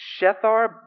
Shethar